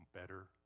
Better